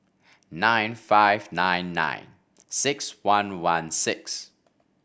nine five nine nine six one one six